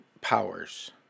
powers